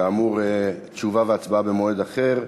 כאמור, תשובה והצבעה במועד אחר.